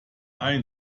ein